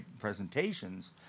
presentations